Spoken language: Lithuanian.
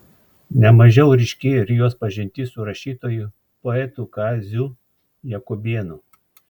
ne mažiau ryški ir jos pažintis su rašytoju poetu kaziu jakubėnu